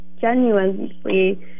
genuinely